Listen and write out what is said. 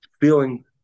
feeling